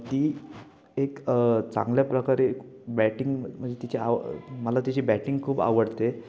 ती एक चांगल्या प्रकारे बॅटिंग म्हणजे तिची आव मला तिची बॅटिंग खूप आवडते